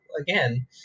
again